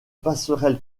passerelle